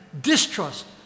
distrust